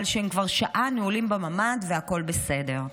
אבל שהם כבר שעה נעולים בממ"ד והכול בסדר.